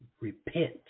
repent